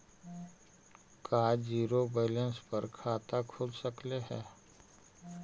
का zero balance पर खाता खुल सकले हे?